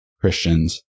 Christians